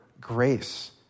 grace